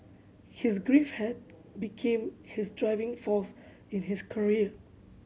his grief had became his driving force in his career